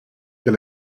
qu’à